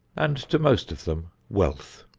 and to most of them wealth.